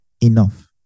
enough